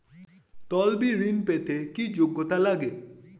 তলবি ঋন পেতে কি যোগ্যতা লাগে?